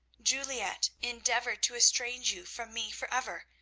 juliette endeavoured to estrange you from me for ever,